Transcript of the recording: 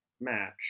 match